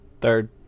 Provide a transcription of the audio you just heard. third